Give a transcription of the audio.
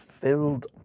filled